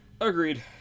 agreed